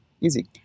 easy